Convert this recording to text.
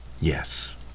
Yes